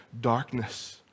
darkness